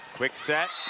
quick set.